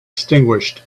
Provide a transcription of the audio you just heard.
extinguished